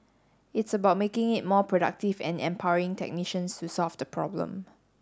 it's about making it more productive and empowering technicians to solve the problem